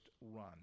run